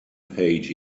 page